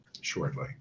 shortly